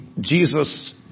Jesus